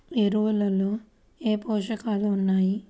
ఎరువులలో ఏ పోషకాలు ఉన్నాయి?